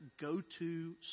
go-to